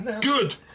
Good